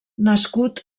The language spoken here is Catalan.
nascut